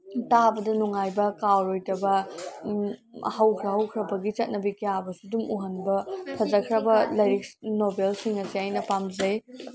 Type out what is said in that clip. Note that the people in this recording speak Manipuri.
ꯇꯥꯕꯗ ꯅꯨꯡꯉꯥꯏꯕ ꯀꯥꯎꯔꯣꯏꯗꯕ ꯍꯧꯈ꯭ꯔ ꯍꯧꯈ꯭ꯔꯕꯤꯒꯤ ꯆꯠꯅꯕꯤ ꯀꯌꯥꯕꯨꯁꯨ ꯑꯗꯨꯝ ꯎꯈꯟꯕ ꯐꯖꯈ꯭ꯔꯕ ꯂꯥꯏꯔꯤꯛ ꯅꯣꯕꯦꯜꯁꯤꯡ ꯑꯁꯦ ꯑꯩꯅ ꯄꯥꯝꯖꯩ